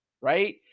right